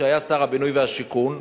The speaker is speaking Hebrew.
כשהיה שר הבינוי והשיכון,